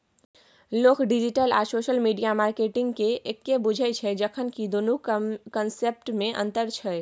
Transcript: लोक डिजिटल आ social media मार्केटिंगकेँ एक्के बुझय छै जखन कि दुनुक कंसेप्टमे अंतर छै